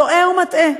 טועה ומטעה.